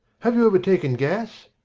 have you ever taken gas?